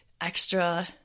extra